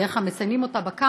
בדרך כלל מציינים אותו בקמפוסים,